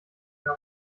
mehr